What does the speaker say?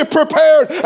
prepared